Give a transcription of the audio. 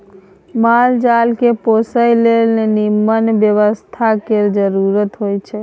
माल जाल केँ पोसय लेल निम्मन बेवस्था केर जरुरत होई छै